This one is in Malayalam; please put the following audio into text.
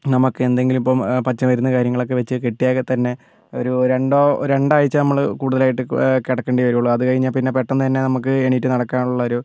നമുക്ക് എന്തെങ്കിലും ഇപ്പം പച്ചമരുന്ന് കാര്യങ്ങളൊക്കെ വെച്ചു കെട്ടിയാൽ തന്നെ ഒരു രണ്ടോ രണ്ടാഴ്ച്ച നമ്മൾ കൂടുതലായിട്ട് കിടക്കേണ്ടി വരികയുള്ളൂ അത് കഴിഞ്ഞാൽ പിന്നെ പെട്ടെന്ന് തന്നെ നമുക്ക് എണീറ്റ് നടക്കാനുള്ള ഒരു